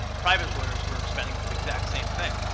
ah private lawyers were spending for the exact same thing.